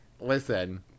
Listen